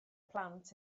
plant